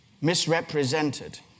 misrepresented